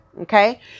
okay